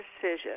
decision